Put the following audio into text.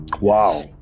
Wow